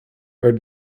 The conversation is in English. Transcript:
her